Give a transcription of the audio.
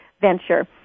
venture